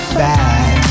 back